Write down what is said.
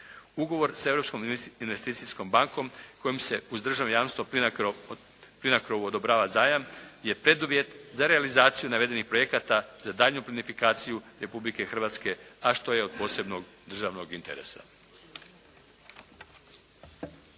Ugovor sa Europskom investicijskom bankom kojom se uz državno jamstvo "PLINACRO-i" odobrava zajam je preduvjet za realizaciju navedenih projekata, za daljnju plinifikaciju Republike Hrvatske, a što je od posebnog državnog interesa.